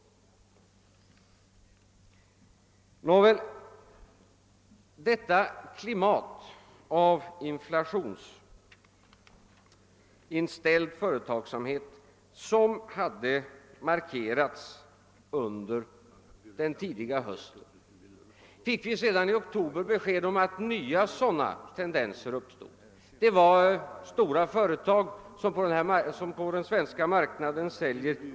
Nåväl, i detta klimat av inflationsinställd företagsamhet som hade markerats under den tidiga hösten fick vi sedan i oktober besked om att nya sådana tendenser uppstått. Det var stora företag som på den svenska marknaden säljer .